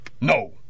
No